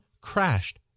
crashed